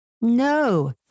No